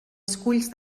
esculls